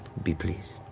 be pleased.